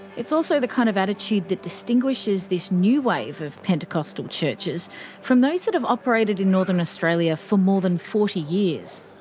it's also the kind of attitude that distinguishes this new wave of pentecostal churches from those that have operated in northern australia for more than forty years.